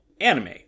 anime